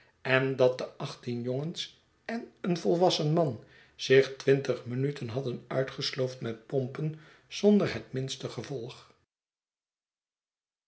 en dat de achttien jongens en een volwassen man zich twintig minuten hadden uitgesloofd met pompen zonder het minste gevolg